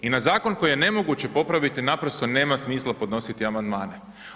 I na zakon koji je nemoguće popraviti naprosto nema smisla podnositi amandmane.